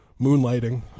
moonlighting